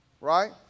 right